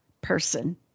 person